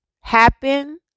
happen